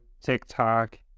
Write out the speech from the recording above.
TikTok